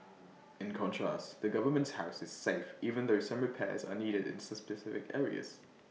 in contrast the government's house is safe even though some repairs are needed in specific areas